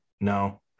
No